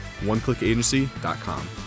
OneClickAgency.com